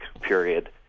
period